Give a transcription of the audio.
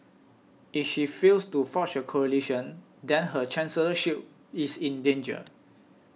if she fails to forge a coalition then her chancellorship is in danger